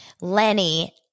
Lenny –